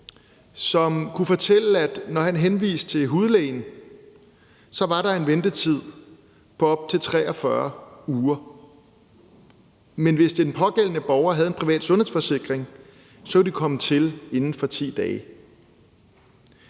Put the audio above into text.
som kunne fortælle, at når han henviste til en hudlæge, var der en ventetid på op til 43 uger, men hvis den pågældende borger havde en privat sundhedsforsikring, ville vedkommende komme til inden for 10 dage.